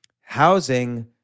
housing